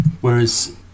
Whereas